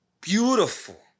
beautiful